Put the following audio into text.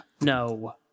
no